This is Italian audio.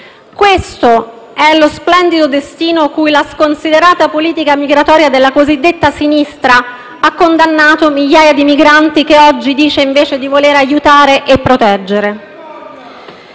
Questo è lo splendido destino cui la sconsiderata politica migratoria della cosiddetta sinistra ha condannato migliaia di migranti che oggi dice invece di voler aiutare e proteggere.